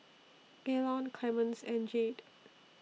Gaylon Clemence and Jade